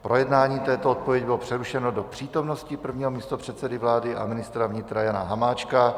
Projednávání této odpovědi bylo přerušeno do přítomnosti prvního místopředsedy vlády a ministra vnitra Jana Hamáčka.